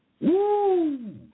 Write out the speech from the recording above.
Woo